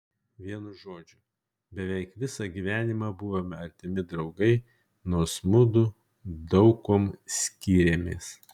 vienu žodžiu beveik visą gyvenimą buvome artimi draugai nors mudu daug kuom skyrėmės